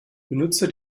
benutzer